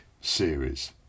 series